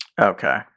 Okay